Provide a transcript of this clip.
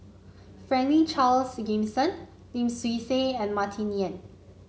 Franklin Charles Gimson Lim Swee Say and Martin Yan